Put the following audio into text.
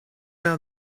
how